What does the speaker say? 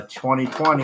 2020